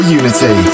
unity